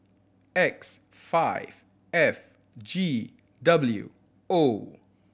X five F G W O